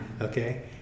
Okay